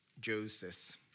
Joseph